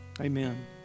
Amen